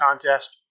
contest